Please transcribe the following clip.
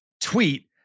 tweet